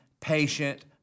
patient